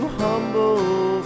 humble